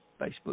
facebook